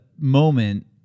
moment